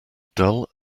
dull